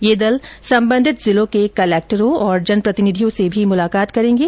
ये दल संबंधित जिलों के कलेक्टरों तथा जनप्रतिनिधियों से भी मुलाकात करेंगे